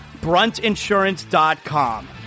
Bruntinsurance.com